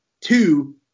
Two